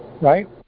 Right